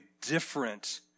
different